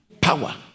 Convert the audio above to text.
power